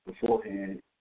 beforehand